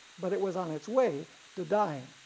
but it was on its way to dying.